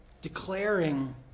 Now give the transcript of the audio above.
Declaring